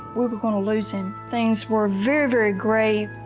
we were going to lose him. things were very, very grave.